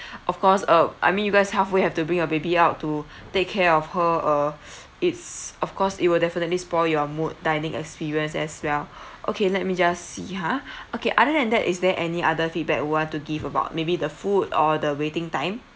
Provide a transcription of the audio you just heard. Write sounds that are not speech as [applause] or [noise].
[breath] of course uh I mean you guys halfway have to bring your baby out to [breath] take care of her uh [breath] it's of course it will definitely spoil your mood dining experience as well [breath] okay let me just see ha [breath] okay other than that is there any other feedback you want to give about maybe the food or the waiting time